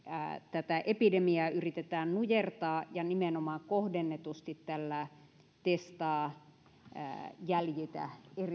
tätä epidemiaa yritetään nujertaa ja nimenomaan kohdennetusti tällä testaa jäljitä